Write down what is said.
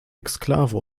exklave